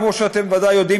כמו שאתם ודאי יודעים,